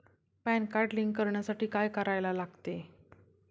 Pan card link करण्यासाठी काय करायला लागते?